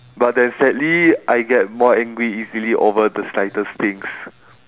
but then sadly I get more angry easily over the slightest things